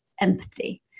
empathy